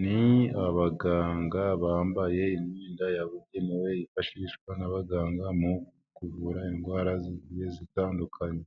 Ni abaganga bambaye imyenda yabugenewe yifashishwa n'abaganga mu kuvura indwara zigiye zitandukanye.